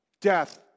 death